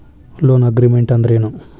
Loan agreement ಅಂದ್ರೇನು?